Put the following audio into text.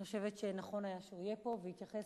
אני חושבת שנכון היה שהוא יהיה פה ויתייחס